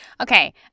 Okay